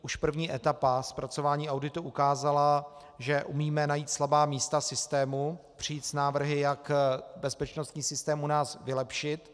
Už první etapa zpracování auditu ukázala, že umíme najít slabá místa v systému, přijít s návrhy, jak bezpečnostní systém u nás vylepšit.